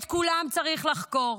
את כולם צריך לחקור.